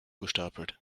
gestapelt